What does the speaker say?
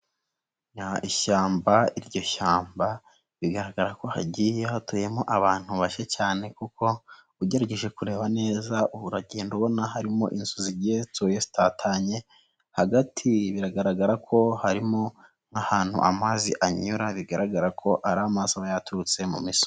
Ni ishyamba, iryo shyamba bigaragara ko hagiye hatuyemo abantu bashya cyane kuko ugerageje kureba neza uragenda ubona harimo inzu zigiye zituye zitatanye, hagati biragaragara ko harimo ahantu amazi anyura, bigaragara ko amazi aba yaturutse mu misozi.